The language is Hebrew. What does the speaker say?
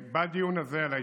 בדיון הזה על ההתיישבות,